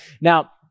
Now